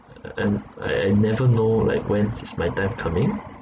and I I never know like when is my time coming